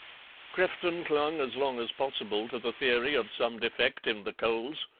crefton clung as long as possible to the theory of some defect in the coals,